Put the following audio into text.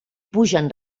pugen